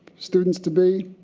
students to be.